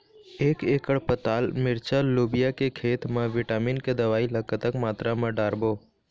एक एकड़ पताल मिरचा लोबिया के खेत मा विटामिन के दवई ला कतक मात्रा म डारबो?